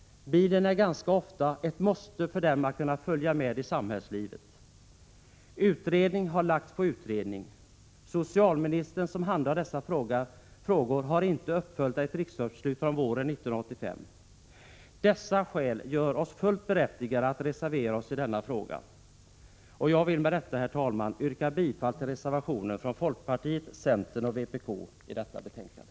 Bilen är ganska ofta ett måste för dem för att kunna följa med i samhällslivet. Utredning har lagts på utredning. Socialministern, som handhar dessa frågor, har inte följt upp ett riksdagsbeslut från våren 1985. Dessa skäl gör oss fullt berättigade att reservera oss i denna fråga. Jag vill med detta, herr talman, yrka bifall till reservationen från folkpartiet, centern och vpk i detta betänkande.